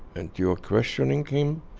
and you are questioning him,